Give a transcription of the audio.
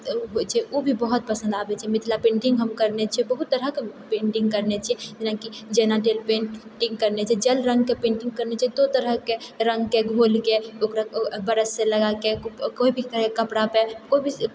होइ छै ओ भी बहुत पसन्द आबैत छै मिथिला पेन्टिङ्ग हम करने छिऐ बहुत तरहकेँ पेन्टिङ्ग करने छिऐ जेना तेल पेन्टिङ्ग करने छिऐ जल रङ्गके पेन्टिङ्ग करने छिऐ दू तरहकेँ रङ्गके घोलिके ओकरा ओ ब्रशसँ लगाकऽ कोइ भी तरहकेँ कपड़ापे कोइ भी